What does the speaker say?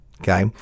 Okay